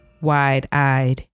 Wide-eyed